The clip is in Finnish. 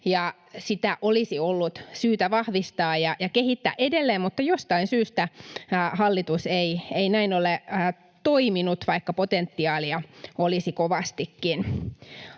sitä olisi ollut syytä vahvistaa ja kehittää edelleen, mutta jostain syystä hallitus ei näin ole toiminut, vaikka potentiaalia olisi kovastikin.